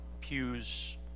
pews